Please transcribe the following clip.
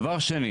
דבר שני